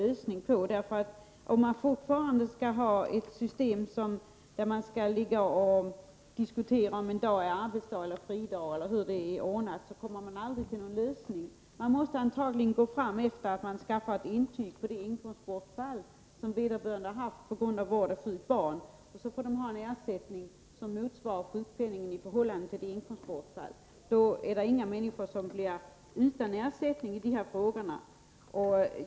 Jag tror att man med bibehållande av ett system där man måste ta ställning till huruvida en viss dag är en arbetsdag, en fridag eller något annat aldrig kommer fram till någon lösning. Man måste antagligen gå fram efter den principen att intyg skall skaffas för det inkomstbortfall som vederbörande har haft på grund av vård av sjukt barn och att ersättning skall lämnas motsvarande den sjukpenning som utgår för detta inkomstbortfall. Då blir ingen utan ersättning i de fall det gäller.